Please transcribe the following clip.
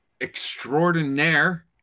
extraordinaire